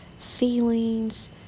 feelings